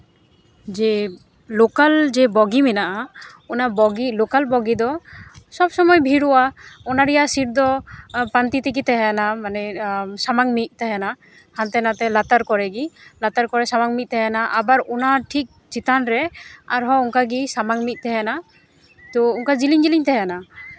ᱡᱮ ᱞᱳᱠᱟᱞ ᱡᱮ ᱵᱚᱜᱤ ᱢᱮᱱᱟᱜᱼᱟ ᱚᱱᱟ ᱵᱚᱜᱤ ᱞᱳᱠᱟᱞ ᱵᱚᱜᱤ ᱫᱚ ᱥᱚᱵᱽ ᱥᱚᱢᱚᱭ ᱵᱷᱤᱲᱚᱜᱼᱟ ᱚᱱᱟ ᱨᱮᱭᱟᱜ ᱥᱤᱴ ᱫᱚ ᱯᱟᱱᱛᱮ ᱛᱮᱜᱮ ᱛᱟᱦᱮᱱᱟ ᱢᱟᱱᱮ ᱥᱟᱢᱟᱝ ᱢᱤᱫ ᱛᱟᱦᱮᱱᱟ ᱦᱟᱱᱛᱮ ᱱᱟᱛᱮ ᱞᱟᱛᱟᱨ ᱠᱚᱨᱮᱜᱮ ᱞᱟᱛᱟᱨ ᱠᱚᱨᱮ ᱥᱟᱢᱟᱝ ᱢᱤᱫ ᱛᱟᱦᱮᱱᱟ ᱟᱵᱟᱨ ᱚᱱᱟ ᱴᱷᱤᱠ ᱪᱮᱛᱟᱱ ᱨᱮ ᱟᱨᱦᱚᱸ ᱚᱱᱠᱟᱜᱮ ᱥᱟᱢᱟᱝ ᱢᱤᱫ ᱛᱟᱦᱮᱱᱟ ᱛᱳ ᱚᱱᱠᱟ ᱡᱤᱞᱤᱧ ᱡᱤᱞᱤᱧ ᱛᱟᱦᱮᱱᱟ